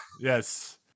Yes